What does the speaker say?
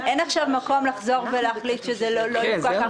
אין עכשיו מקום לחזור ולהחליט שזה לא יהיה כך כי